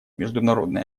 международные